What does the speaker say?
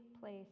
place